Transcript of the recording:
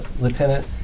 Lieutenant